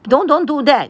don't don't do that